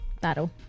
Battle